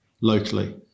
locally